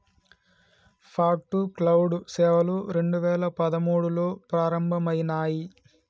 fog to cloud సేవలు రెండు వేల పదమూడులో ప్రారంభమయినాయి